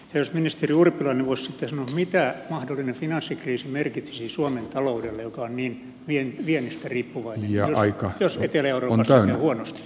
jos ministeri urpilainen voi sitten sanoa mitä mahdollinen finanssikriisi merkitsisi suomen taloudelle joka on niin viennistä riippuvainen jos etelä euroopassa menee huonosti